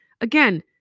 Again